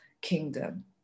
kingdom